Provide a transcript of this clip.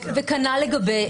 וכנ"ל לגבי התביעות.